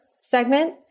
segment